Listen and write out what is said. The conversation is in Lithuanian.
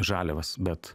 žaliavas bet